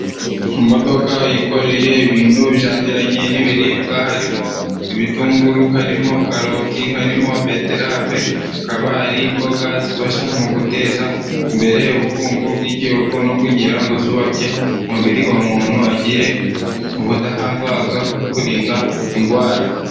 Imodoka yikoreye ibintu bijyaniranye n'ibiribwa harimo ibitunguru, harimo karoti, harimo beterave akaba ari imboga zifasha mu guteza imbere ubukungu bw'igihugu, no kugira ngo zubake umubiri wa muntu agire ubudahangarwa bwo kurinda indwara.